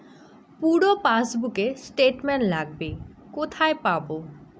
পুরো পাসবুকের স্টেটমেন্ট লাগবে কোথায় পাব?